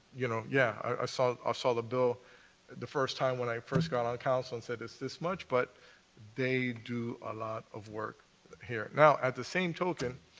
you know, yeah, i saw ah saw the bill the first time when i first got on council and said, it's this much? but they do a lot of work here. now, at the same token,